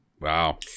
wow